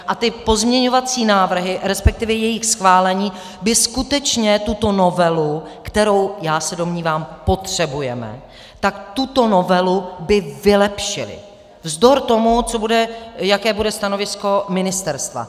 A ty pozměňovací návrhy, resp. jejich schválení by skutečně tuto novelu, kterou, jak se já domnívám, potřebujeme, tak tuto novelu by vylepšily vzdor tomu, jaké bude stanovisko ministerstva.